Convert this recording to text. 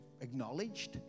acknowledged